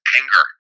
anger